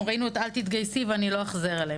אנחנו ראינו את אל תתגייסי ואני לא אחזור עליהם.